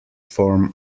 form